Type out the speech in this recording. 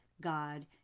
god